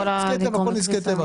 כן, כן, נזקי טבע.